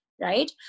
right